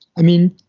i mean,